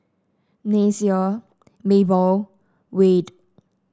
Nyasia Mable Wade